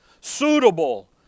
suitable